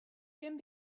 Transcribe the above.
jim